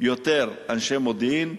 יותר אנשי מודיעין,